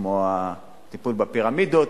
כמו הטיפול בפירמידות,